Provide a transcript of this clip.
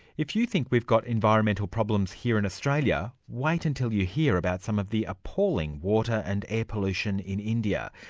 if you think we've got environmental problems here in australia, wait until you hear about some of the appalling water and air pollution in india,